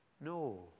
no